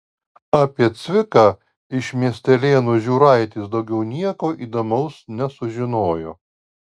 apie cviką iš miestelėnų žiūraitis daugiau nieko įdomaus nesužinojo